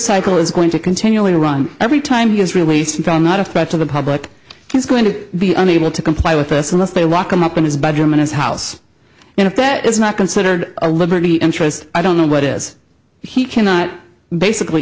cycle is going to continually run every time he is released until not a threat to the public he's going to be unable to comply with us unless they lock him up in his bedroom in his house and if that is not considered a liberty interest i don't know what is he cannot basically